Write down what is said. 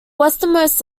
westernmost